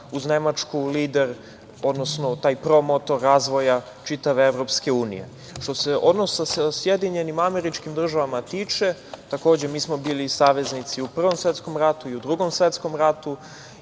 uz Nemačku lider, odnosno taj promotor razvoja čitave EU.Što se odnosa sa SAD državama tiče, takođe mi smo bili saveznici u Prvom svetskom ratu i u Drugom svetskom ratu